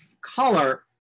color